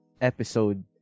episode